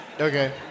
Okay